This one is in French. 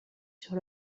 sur